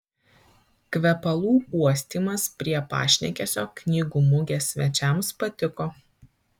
kvepalų uostymas prie pašnekesio knygų mugės svečiams patiko